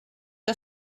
que